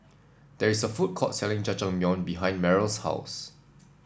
there is a food court selling Jajangmyeon behind Meryl's house